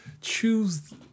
choose